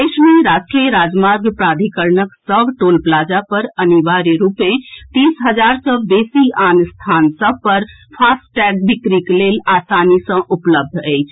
देश मे राष्ट्रीय राजमार्ग प्राधिकरणक सभ टोल प्लाजा पर अनिवार्य रूपे तीस हजार सँ बेसी आन स्थान सभ पर फास्टैग बिक्रीक लेल आसानी सँ उपलब्ध अछि